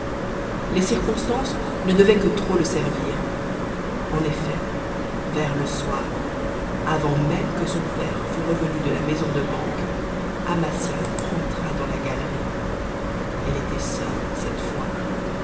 les circonstances ne devaient que trop le servir en effet vers le soir avant même que son père fût revenu de la maison de banque amasia rentra dans la galerie elle était seule cette fois